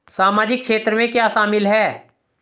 सामाजिक क्षेत्र में क्या शामिल है?